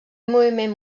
moviment